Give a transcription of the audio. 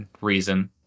reason